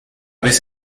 vez